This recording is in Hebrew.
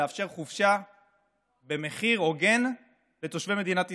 יש אינטרס אחד: לאפשר חופשה במחיר הוגן לתושבי מדינת ישראל.